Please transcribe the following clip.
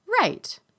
right